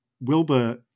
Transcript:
Wilbur